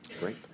Great